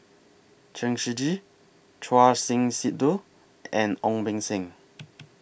Chen Shiji Choor Singh Sidhu and Ong Beng Seng